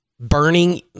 Burning